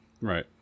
Right